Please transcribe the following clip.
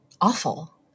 awful